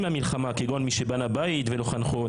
מהמלחמה כגון מי שבנה בית ולא חנכו,